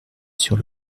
sur